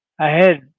ahead